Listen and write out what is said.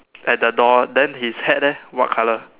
at the door then his hat eh what colour